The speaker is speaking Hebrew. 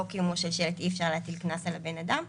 קיומו של שלט אי-אפשר להטיל קנס על הבן-אדם.